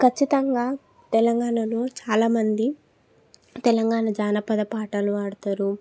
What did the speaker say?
ఖచ్చితంగా తెలంగాణలో చాలా మంది తెలంగాణ జానపద పాటలు పాడతారు